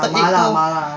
salted egg 都